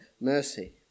mercy